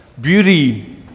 beauty